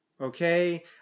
okay